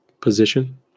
position